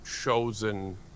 chosen